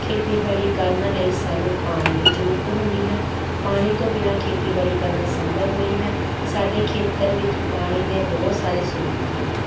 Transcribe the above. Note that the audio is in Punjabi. ਖੇਤੀਬਾੜੀ ਕਰਨ ਲਈ ਸਾਨੂੰ ਪਾਣੀ ਦੀ ਜ਼ਰੂਰਤ ਹੁੰਦੀ ਹੈ ਪਾਣੀ ਤੋਂ ਬਿਨਾ ਖੇਤੀਬਾੜੀ ਕਰਨਾ ਸੰਭਵ ਨਹੀਂ ਹੈ ਸਾਡੇ ਖੇਤਰ ਵਿੱਚ ਪਾਣੀ ਦੇ ਬਹੁਤ ਸਾਰੇ ਸਰੋਤ ਹਨ